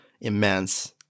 immense